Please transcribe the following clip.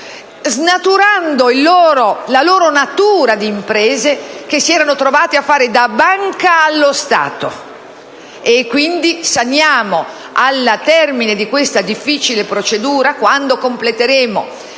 cambiando la loro natura di impresa, visto che si erano trovate a fare da banca allo Stato stesso. Quindi saniamo, al termine di questa difficile procedura, quando arriveremo